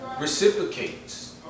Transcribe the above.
reciprocates